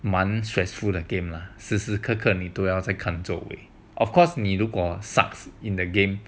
蛮 stressful 的 game lah 时时刻刻你都要在看周围 of course 你如果 sucks in the game